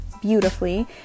beautifully